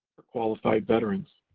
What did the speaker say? ah qualified veterans.